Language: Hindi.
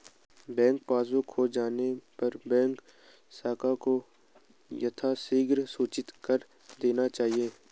पासबुक खो जाने पर बैंक शाखा को यथाशीघ्र सूचित कर देना चाहिए